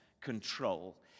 control